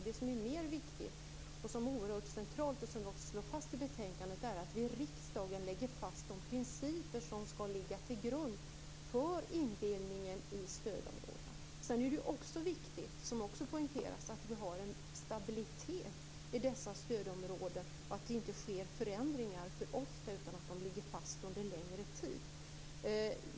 Det som är viktigare, och som vi också slår fast i betänkandet, är att vi i riksdagen lägger fast de principer som skall ligga till grund för indelningen i stödområden. Sedan är det också viktigt, vilket också poängteras, att vi har en stabilitet i stödområdena, att det inte sker förändringar för ofta utan att de ligger fast under längre tid.